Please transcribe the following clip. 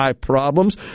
problems